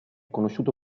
conosciuto